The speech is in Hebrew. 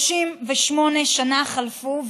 38 שנים חלפו,